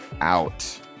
out